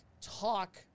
talk